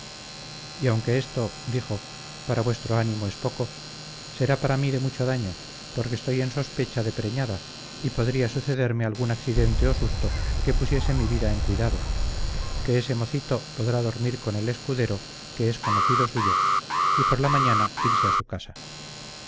y aunque esto dijo para vuestro ánimo es poco será para mí de mucho daño porque estoy en sospecha de preñada y podría sucederme algún accidente o susto que pusiese mi vida en cuidado que ese mocito podrá dormir con el escudero que es conocido suyo y por la mañana irse a su casa